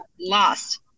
lost